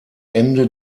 ende